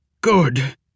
good